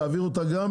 תעביר אותה גם